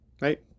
right